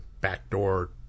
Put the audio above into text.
backdoor